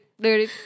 Dirty